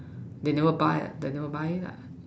they never buy they never buy lah